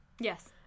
Yes